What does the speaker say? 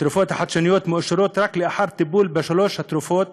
התרופות החדשניות מאושרות רק לאחר טיפול בשלוש תרופות